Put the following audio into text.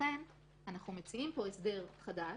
אנחנו מציעים פה הסדר חדש.